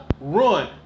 run